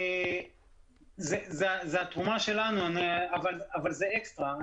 זאת התרומה שלנו אבל זאת אקסטרה.